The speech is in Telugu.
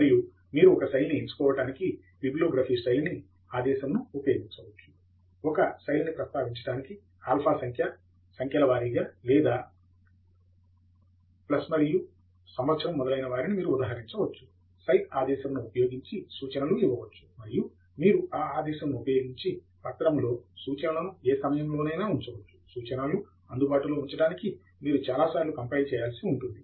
మరియు మీరు ఒక శైలిని ఎంచుకోవడానికి బిబిలోగ్రఫి శైలిని ఆదేశమును ని ఉపయోగించవచ్చు ఒక శైలిని ప్రస్తావించటానికి ఆల్ఫా సంఖ్యా సంఖ్యల వారీగా లేదా పేరు ప్లస్మరియు సంవత్సరం మొదలైనవాటిని మీరు ఉదహరించవచ్చు సైట్ ఆదేశమును ఉపయోగించి సూచనలు ఇవ్వవచ్చు మరియు మీరు ఆ ఆదేశమును ఉపయోగించి పత్రము లో సూచనలను ఏ సమయంలోనైనా ఉంచవచ్చు సూచనలు అందుబాటులో ఉంచటానికి మీరు చాలాసార్లు కంపైల్ చేయాల్సి ఉంటుంది